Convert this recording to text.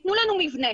תנו לנו מתווה,